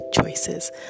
choices